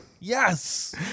Yes